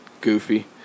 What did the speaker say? goofy